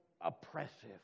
oppressive